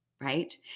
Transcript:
right